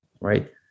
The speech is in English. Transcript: right